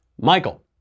Michael